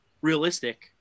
realistic